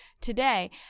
today